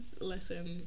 Listen